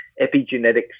epigenetics